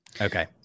Okay